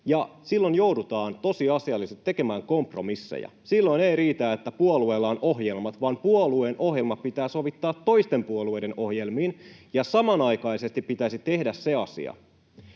silloin joudutaan tosiasiallisesti tekemään kompromisseja. Silloin ei riitä, että puolueella on ohjelma, vaan puolueen ohjelma pitää sovittaa toisten puolueiden ohjelmiin, ja samanaikaisesti pitäisi tehdä se asia,